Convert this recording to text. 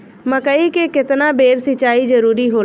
मकई मे केतना बेर सीचाई जरूरी होला?